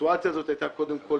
קודם כול,